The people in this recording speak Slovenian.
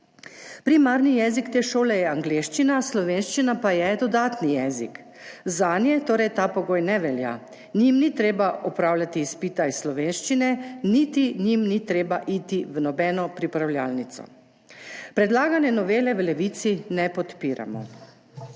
Primarni jezik te šole je angleščina, slovenščina pa je dodatni jezik, zanje torej ta pogoj ne velja, njim ni treba opravljati izpita iz slovenščine, njim ni treba iti niti v nobeno pripravljalnico. Predlagane novele v Levici ne podpiramo.